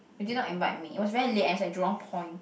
you did not invite me it was very late I was at Jurong Point